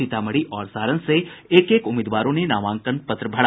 सीतामढ़ी और सारण से एक एक उम्मीदवारों ने नामांकन पत्र भरा